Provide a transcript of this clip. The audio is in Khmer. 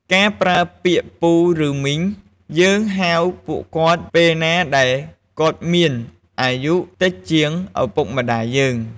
ការប្រើពាក្យ "ពូ ឬមីង" យើងហៅពួកគាត់ពេលណាដែលគាត់មានអាយុតិចជាងឪពុកម្តាយយើង។